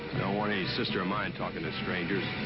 don't want any sister of mine talking to strangers.